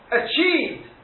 achieved